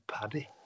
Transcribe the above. Paddy